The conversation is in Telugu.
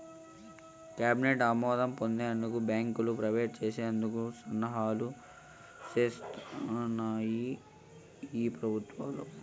కేబినెట్ ఆమోదం పొందినంక బాంకుల్ని ప్రైవేట్ చేసేందుకు సన్నాహాలు సేస్తాన్నాయి ఈ పెబుత్వాలు